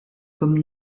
comme